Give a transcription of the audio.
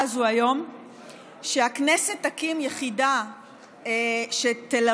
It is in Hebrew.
הזאת היום ושהכנסת תקים יחידה שתלווה